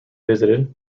visited